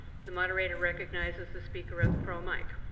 the moderator recognizes the speaker at the pro mic.